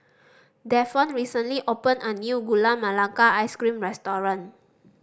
Davon recently opened a new Gula Melaka Ice Cream restaurant